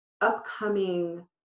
upcoming